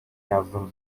yazdım